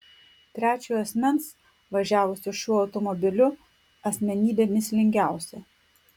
trečiojo asmens važiavusio šiuo automobiliu asmenybė mįslingiausia